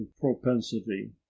propensity